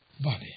body